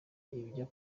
ibijya